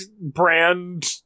brand